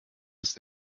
ist